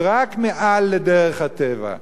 רק מעל לדרך הטבע,